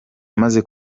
umaze